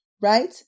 right